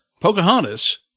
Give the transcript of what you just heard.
Pocahontas